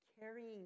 carrying